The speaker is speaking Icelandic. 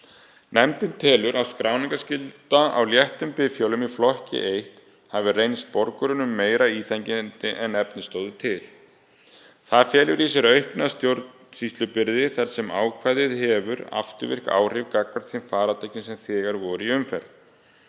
Nefndin telur að skráningarskylda á léttum bifhjólum í flokki I hafi reynst borgurum meira íþyngjandi en efni stóðu til. Það felur í sér aukna stjórnsýslubyrði þar sem ákvæðið hefur afturvirk áhrif gagnvart þeim farartækjum sem þegar voru í umferð.